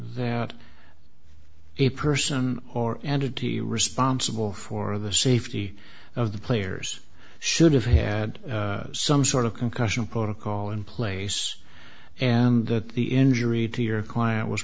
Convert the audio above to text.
argument the person or entity responsible for the safety of the players should have had some sort of concussion protocol in place and that the injury to your client was